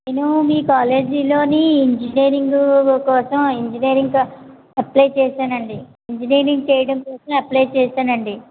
నేను మీ కాలేజీలోని ఇంజినీరింగ్ కోసము ఇంజినీరింగ్ అప్లై చేసానండి ఇంజినీరింగ్ చెయ్యడం కోసం అప్లై చేసానండి